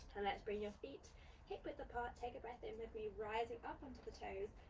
and let's bring your feet hip width apart, take a breath in with me, rising up onto the toes.